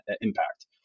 impact